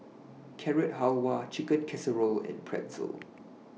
Carrot Halwa Chicken Casserole and Pretzel